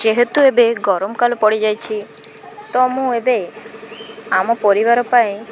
ଯେହେତୁ ଏବେ ଗରମ କାଳ ପଡ଼ିଯାଇଛି ତ ମୁଁ ଏବେ ଆମ ପରିବାର ପାଇଁ